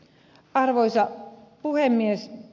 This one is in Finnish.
arvoisa puhemies